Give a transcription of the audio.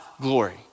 glory